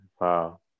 Wow